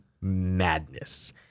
madness